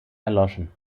erloschen